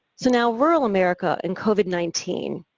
so now rural america and covid nineteen,